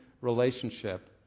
relationship